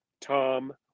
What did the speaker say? Tom